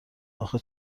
آخه